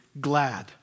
glad